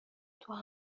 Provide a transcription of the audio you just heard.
توی